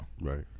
Right